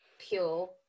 pure